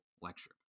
lecture